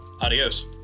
Adios